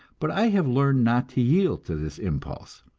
but i have learned not to yield to this impulse.